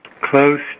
close